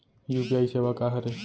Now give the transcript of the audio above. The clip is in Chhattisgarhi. यू.पी.आई सेवा का हरे?